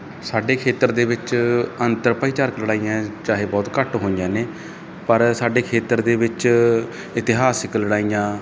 ਸਾਡੇ ਖੇਤਰ ਦੇ ਵਿੱਚ ਅੰਤਰ ਭਾਈਚਾਰਕ ਲੜਾਈਆਂ ਚਾਹੇ ਬਹੁਤ ਘੱਟ ਹੋਈਆਂ ਨੇ ਪਰ ਸਾਡੇ ਖੇਤਰ ਦੇ ਵਿੱਚ ਇਤਿਹਾਸਿਕ ਲੜਾਈਆਂ